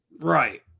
Right